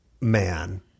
man